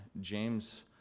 James